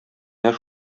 менә